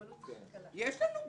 יש לנו.